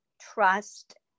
trust